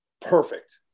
perfect